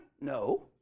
No